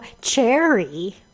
Cherry